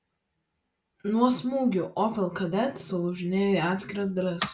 nuo smūgių opel kadett sulūžinėjo į atskiras dalis